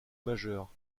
majeure